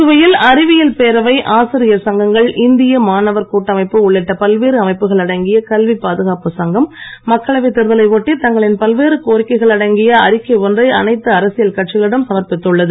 புதுவையில் அறிவியல் பேரவை ஆசிரியர் சங்கங்கள் இந்திய மாணவர் கூட்டமைப்பு உள்ளிட்ட பல்வேறு அமைப்புகள் அடங்கிய கல்விப் பாதுகாப்பு சங்கம் மக்களவைத் தேர்தலை ஒட்டி தங்களின் பல்வேறு கோரிக்கைகள் அடங்கிய அறிக்கை ஒன்றை அனைத்து அரசியல் கட்சிகளிடம் சமர்ப்பித்துள்ளது